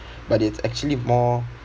but it's actually more